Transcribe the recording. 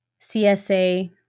CSA